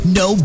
no